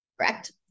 Correct